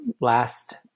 last